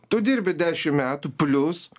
tu dirbi dešimt metų plius